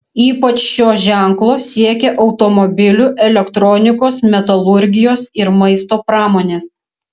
ypač šio ženklo siekia automobilių elektronikos metalurgijos ir maisto pramonės